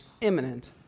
imminent